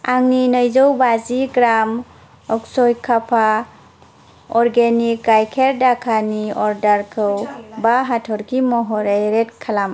आंनि नैजौ बाजि ग्राम अक्षयकापा अर्गेनिक गायखेर दाखानि अर्डारखौ बा हाथरखि महरै रेट खालाम